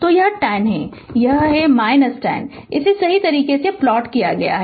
तो यह 10 है यह है - 10 इसे सही प्लॉट किया गया है